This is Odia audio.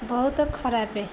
ବହୁତ ଖରାପ